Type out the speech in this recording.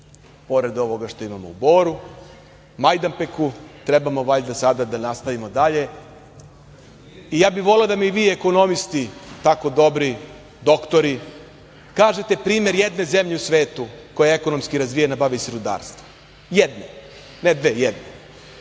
Pored ovoga što imamo u Boru, Majdanpeku, treba valjda sada da nastavimo dalje. Ja bih voleo da mi vi, ekonomisti, tako dobri doktori kažete primer jedne zemlje u svetu koja je ekonomski razvijena, a bavi se rudarstvom. Jedna, ne dve. Znate,